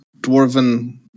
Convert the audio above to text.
dwarven